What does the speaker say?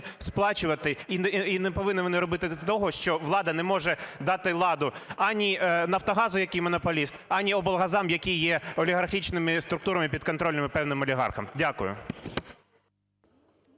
сплачувати. І не повинні вони робити того, що влада не може дати ладу ані "Нафтогазу", який монополіст, ані облгазам, які є олігархічними структурами, підконтрольними певним олігархам. Дякую.